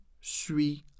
suis